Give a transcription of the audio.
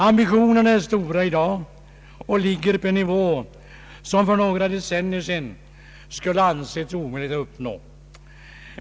Ambitionerna är stora i dag och ligger på en nivå som det för några decennier sedan skulle ha ansetts omöjligt att uppnå.